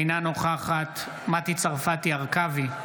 אינה נוכחת מטי צרפתי הרכבי,